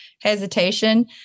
hesitation